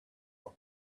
not